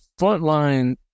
frontline